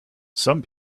some